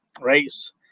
race